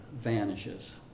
vanishes